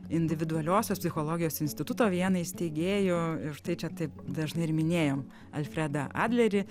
individualiosios psichologijos instituto vienai iš steigėjų ir štai čia taip dažnai ir minėjom alfredą adlerį